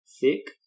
thick